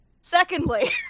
Secondly